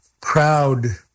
proud